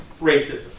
racism